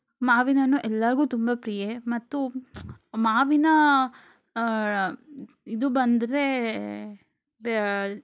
ಮಾವಿನ ಹಣ್ಣು ಎಲ್ಲರಿಗೂ ತುಂಬ ಪ್ರಿಯ ಮತ್ತು ಮಾವಿನ ಇದು ಬಂದರೆ ಬೆ